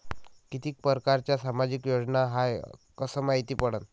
कितीक परकारच्या सामाजिक योजना हाय कस मायती पडन?